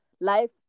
life